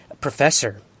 professor